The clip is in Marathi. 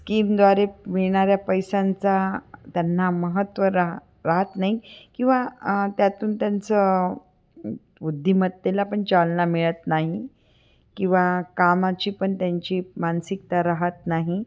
स्कीमद्वारे मिळणाऱ्या पैशांचा त्यांना महत्त्व राह राहत नाही किंवा त्यातून त्यांचं बुद्धिमत्तेला पण चालना मिळत नाही किंवा कामाची पण त्यांची मानसिकता राहत नाही